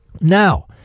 Now